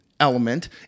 element